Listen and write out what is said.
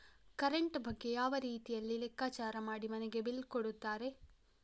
Current ಬಗ್ಗೆ ಯಾವ ರೀತಿಯಲ್ಲಿ ಲೆಕ್ಕಚಾರ ಮಾಡಿ ಮನೆಗೆ ಬಿಲ್ ಕೊಡುತ್ತಾರೆ?